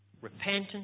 Repentance